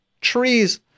trees